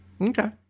Okay